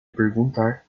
perguntar